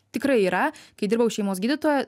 tikrai yra kai dirbau šeimos gydytoja